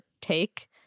take